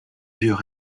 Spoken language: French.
vieux